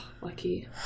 lucky